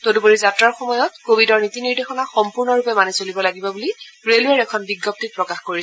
তদুপৰি যাত্ৰাৰ সময়ত ক ভিডৰ নীতি নিৰ্দেশনা সম্পূৰ্ণৰূপে মানি চলিব লাগিব বুলি ৰেলৱেৰ এখন বিজ্ঞপ্তিত প্ৰকাশ কৰিছে